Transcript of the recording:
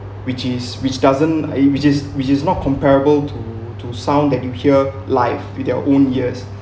which is which doesn't eh which is which is not comparable to to sound that you hear live to their own ears